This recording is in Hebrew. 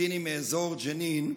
פלסטיני מאזור ג'נין,